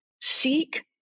Seek